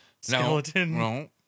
Skeleton